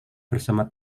bersama